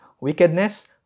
wickedness